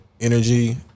energy